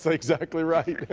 so exactly right.